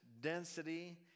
density